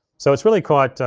so it's really quite,